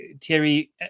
Terry